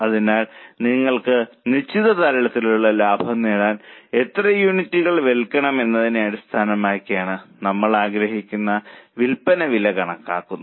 അതിനാൽ നിങ്ങൾക്ക് നിശ്ചിത തലത്തിലുള്ള ലാഭം നേടാൻ എത്ര യൂണിറ്റുകൾ വിൽക്കണം എന്നതിനെ അടിസ്ഥാനമാക്കിയാണ് നമ്മൾ ആഗ്രഹിക്കുന്ന വിൽപ്പന നില കണക്കാക്കുന്നത്